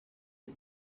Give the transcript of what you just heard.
die